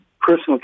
personal